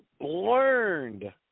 Learned